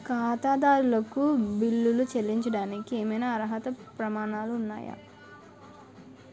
ఖాతాదారులకు బిల్లులు చెల్లించడానికి ఏవైనా అర్హత ప్రమాణాలు ఉన్నాయా?